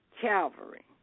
Calvary